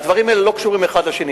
הדברים האלה לא קשורים אחד לשני,